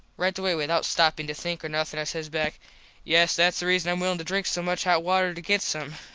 right away without stoppin to think or nothin i says back yes thats the reason im willin to drink so much hot water to get some.